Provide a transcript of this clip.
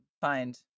find